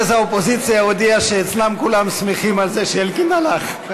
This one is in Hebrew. מרכז האופוזיציה הודיע שאצלם כולם שמחים על זה שאלקין הלך.